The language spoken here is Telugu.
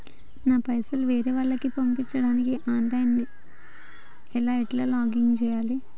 నా పైసల్ వేరే వాళ్లకి పంపడానికి ఆన్ లైన్ లా ఎట్ల లాగిన్ కావాలి?